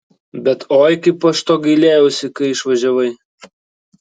bet oi kaip aš to gailėjausi kai išvažiavai